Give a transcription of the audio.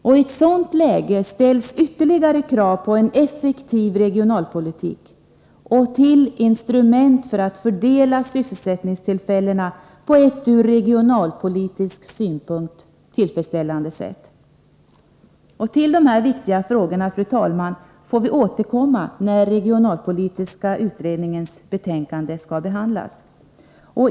I ett sådant läge ställs ytterligare krav på en effektiv regionalpolitik och tillgång till instrument för att fördela sysselsättningstillfällena på ett ur regionalpolitisk synpunkt tillfredsställande sätt. Fru talman! Till de här viktiga frågorna får vi återkomma när regionalpolitiska utredningens betänkande skall behandlas.